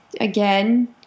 again